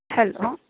hello